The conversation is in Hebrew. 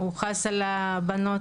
הוא חס על הבנות.